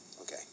Okay